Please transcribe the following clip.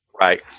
Right